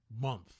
month